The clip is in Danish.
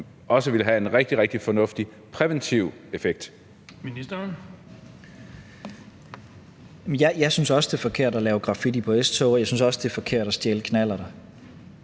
her, også vil have en rigtig, rigtig fornuftig præventiv effekt?